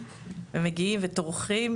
מגיעים וטורחים,